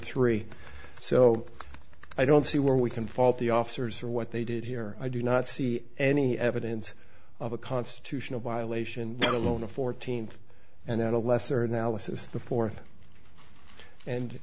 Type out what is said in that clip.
three so i don't see where we can fault the officers for what they did here i do not see any evidence of a constitutional violation alone the fourteenth and then a lesser analysis the fourth and